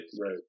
right